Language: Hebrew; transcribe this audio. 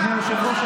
אדוני היושב-ראש,